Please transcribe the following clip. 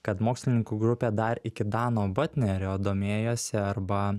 kad mokslininkų grupė dar iki dano batnerio domėjosi arba